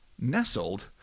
Nestled